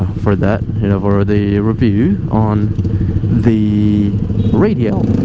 for that you know for ah the review on the radial